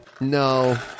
No